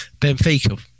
Benfica